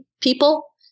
people